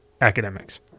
academics